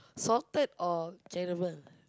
salted or caramel